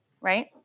right